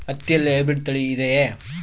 ಹತ್ತಿಯಲ್ಲಿ ಹೈಬ್ರಿಡ್ ತಳಿ ಇದೆಯೇ?